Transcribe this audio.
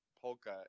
polka